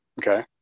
Okay